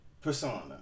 Persona